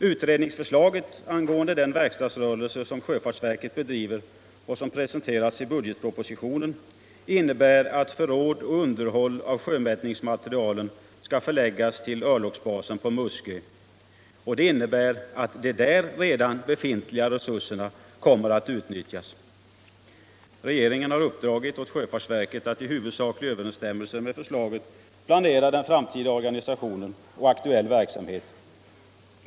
Utredningsförslaget angående den verkstadsrörelse som sjöfartsverket bedriver och som presenterats i budgetpropositionen innebär att förråd och underhåll av sjömätningsmaterielen skall förläggas till örlogsbasen på Muskö. Det innebär att de redan befintliga resurserna kommer att ulnyttjas. Regeringen har uppdragit åt sjöfartsverket att i huvudsaklig överensstämmelse med förslaget planera den framtida organisationen och aktuell verksamhet.